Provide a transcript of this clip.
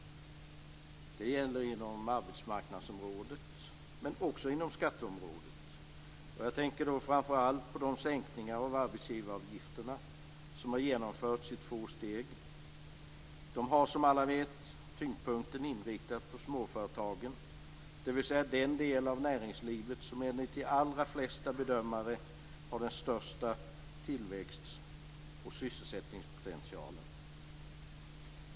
Det gäller inom arbetsmarknadsområdet, men också inom skatteområdet. Jag tänker framför allt på de sänkningar av arbetsgivaravgifterna som har genomförts i två steg. De har, som alla vet, tyngdpunkten inriktad på småföretagen, dvs. den del av näringslivet som enligt de allra flesta bedömare har den största tillväxt och sysselsättningspotentialen.